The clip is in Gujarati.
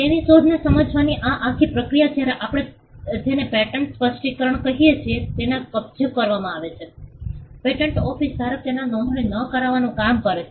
તેથી શોધને સમજાવવાની આ આખી પ્રક્રિયા જ્યારે આપણે જેને પેટન્ટ સ્પષ્ટીકરણ કહીએ છીએ તેમાં કબજે કરવામાં આવે છે પેટન્ટ ઓફિસ ફક્ત તેને નોંધણી ન કરવાનું કામ કરે છે